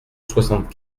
soixante